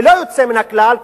ללא יוצא מן הכלל,